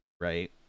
right